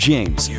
James